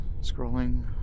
Scrolling